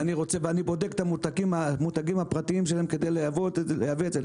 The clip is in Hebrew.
ואני בודק את המותגים הפרטיים שלהם כדי לייבא את זה